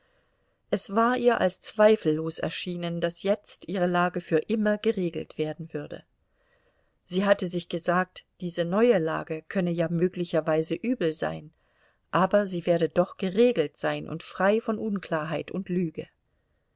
es war ihr als zweifellos erschienen daß jetzt ihre lage für immer geregelt werden würde sie hatte sich gesagt diese neue lage könne ja möglicherweise übel sein aber sie werde doch geregelt sein und frei von unklarheit und lüge